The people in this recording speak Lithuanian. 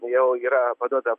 jau yra paduota